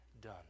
done